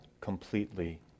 completely